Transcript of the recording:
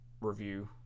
review